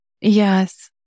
yes